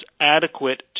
adequate